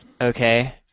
Okay